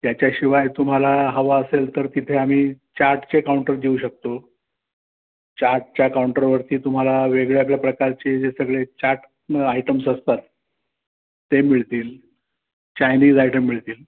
त्याच्याशिवाय तुम्हाला हवा असेल तर तिथे आम्ही चाटचे काउंटर देऊ शकतो चाटच्या काउंटरवरती तुम्हाला वेगळ्यावेगळ्या प्रकारचे जे सगळे चाट आयटम्स असतात ते मिळतील चायनीज आयटम मिळतील